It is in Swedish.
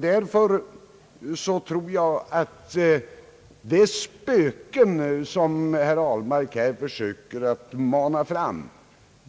Därför tror jag att de spöken, som herr Ahlmark här söker mana fram,